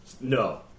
No